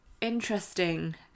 interesting